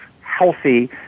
healthy